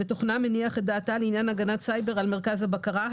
ותוכנם הניח את דעתה לעניין הגנת סייבר על מרכז הבקרה,